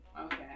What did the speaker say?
okay